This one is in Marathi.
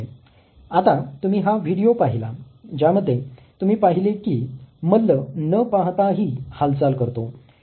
आता तुम्ही हा व्हिडीओ पहिला ज्यामध्ये तुम्ही पहिले की मल्ल न पाहताही हालचाल करतो